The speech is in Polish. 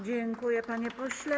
Dziękuję, panie pośle.